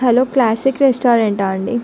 hello classic రెస్టారెంటా అండి